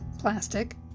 plastic